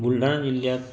बुलढाणा जिल्ह्यात